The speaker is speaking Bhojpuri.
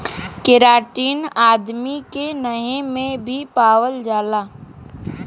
केराटिन आदमी के नहे में भी पावल जाला